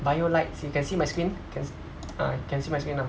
bio lights you can see my screen can uh can see my screen not